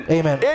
Amen